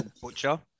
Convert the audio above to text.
butcher